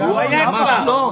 ממש לא.